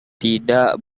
tidak